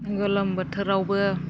गोलोम बोथोरावबो